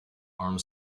armed